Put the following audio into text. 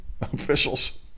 officials